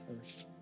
earth